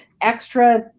extra